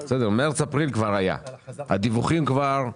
מרץ-אפריל כבר היה, הדיווחים כבר דווחו.